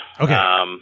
Okay